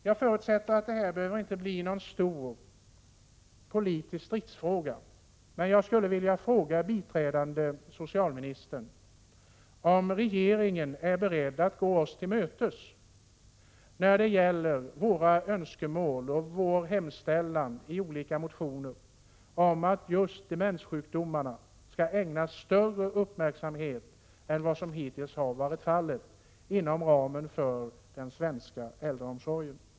Jag förutsätter att detta inte behöver bli någon stor politisk stridsfråga, men jag skulle vilja fråga biträdande socialministern om regeringen är beredd att gå oss till mötes när det gäller våra önskemål och yrkanden i olika motioner om att just demenssjukdomarna skall ägnas större uppmärksamhet än vad som hittills har varit fallet inom ramen för den svenska äldreomsorgen.